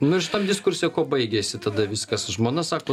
nu šitam diskurse kuo baigėsi tada viskas žmona sako